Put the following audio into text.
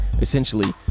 Essentially